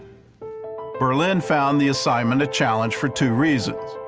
berlin found the assignment a challenge for two reasons.